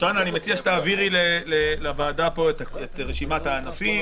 אני מציע שתעבירי לוועדה פה את רשימת הענפים,